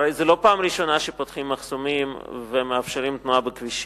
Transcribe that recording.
הרי זו לא פעם ראשונה שפותחים מחסומים ומאפשרים תנועה בכבישים.